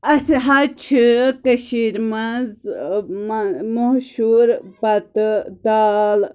اسہِ حظ چھِ کٔشیٖرِ مَنٛز ٲں مشہوٗر بَتہٕ دال